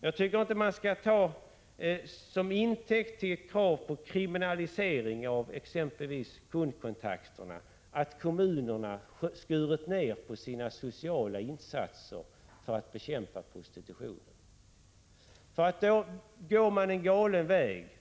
Jag tycker inte att man skall ta det förhållandet att kommunerna skurit ned på sina sociala insatser för att bekämpa prostitutionen som intäkt för krav på kriminalisering av exempelvis kundkontakterna. Då går man en galen väg.